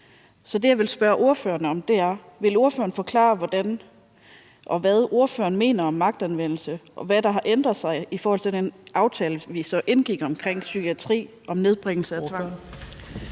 Så det, jeg vil spørge ordføreren om, er: Vil ordføreren forklare, hvad ordføreren mener om magtanvendelse, og hvad der har ændret sig i forhold til den aftale, vi indgik omkring psykiatri i forhold til nedbringelse af tvang.